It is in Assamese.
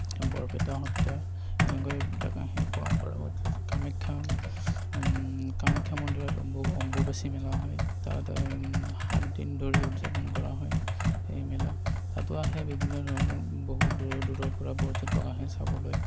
বৰপেটা সত্ৰ এনেকৈ এইবিলাক আহে পৰম্পৰাগত কামাখ্যা কামাখ্যা মন্দিৰত অম্বু অম্বুবাচী মেলা হয় তাত সাতদিন ধৰি উদযাপন কৰা হয় এই মেলা তাতো আহে বিভিন্ন ধৰণৰ বহুত দূৰৰ দূৰৰপৰা পৰ্যটক আহে চাবলৈ